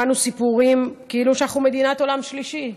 שמענו סיפורים כאילו שאנחנו מדינת עולם שלישי.